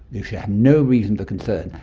you should have no reason for concern.